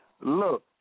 look